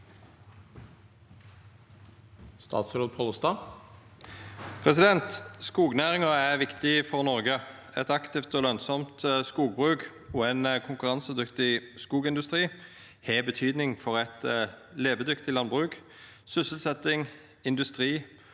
Skognæringa er viktig for Noreg. Eit aktivt og lønsamt skogbruk og ein konkurransedyktig skogindustri har betydning for eit levedyktig landbruk, sysselsetting, industri og